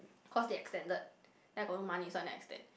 cause they extended then I got no money so I never extend